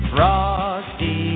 Frosty